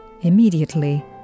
Immediately